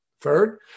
Third